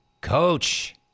Coach